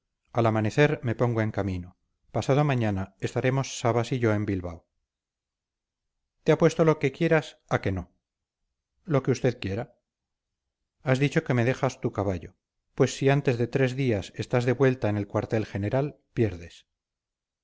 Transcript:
al amanecer me pongo en camino pasado mañana estaremos sabas y yo en bilbao te apuesto lo que quieras a que no lo que usted quiera has dicho que me dejas tu caballo pues si antes de tres días estás de vuelta en el cuartel general pierdes